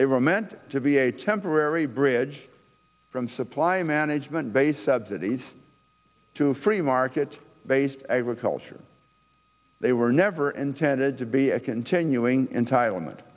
they were meant to be a temporary bridge from supply management based subsidies to free market based agriculture they were never intended to be a continuing entitlement